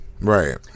right